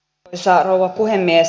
arvoisa rouva puhemies